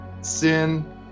sin